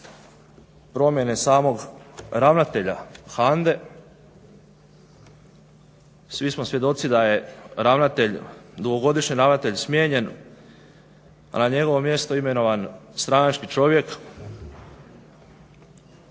promjene samog ravnatelja HANDE. Svi smo svjedoci da je dugogodišnji ravnatelj smijenjen a na njegovo mjesto imenovan stranački čovjek